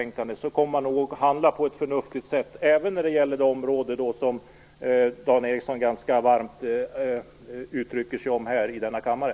Regeringen kommer nog att handla på ett förnuftigt sätt, även på det område som Dan Ericsson talar så varmt för i denna kammare.